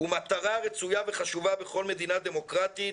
הוא מטרה רצויה וחשובה בכל מדינה דמוקרטית,